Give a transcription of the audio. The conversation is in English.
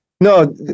no